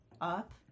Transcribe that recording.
up